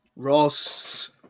Ross